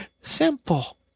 simple